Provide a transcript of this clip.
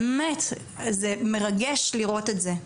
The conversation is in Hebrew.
זה מרגש לראות את זה.